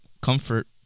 comfort